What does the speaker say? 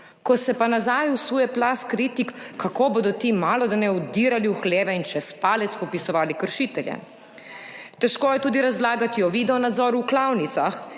ko se pa nazaj usuje plaz kritik, kako bodo ti malodane vdirali v hleve in čez palec popisovali kršitelje. Težko je tudi razlagati o videonadzoru v klavnicah